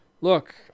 look